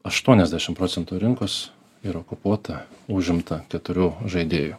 aštuoniasdešimt procentų rinkos yra okupuota užimta keturių žaidėjų